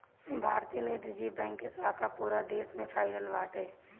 भारतीय reserve bank के शाखा पूरा देस में फइलल बाटे